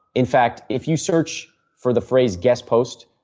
in fact, if you search for the phrase guest post,